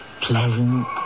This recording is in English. pleasant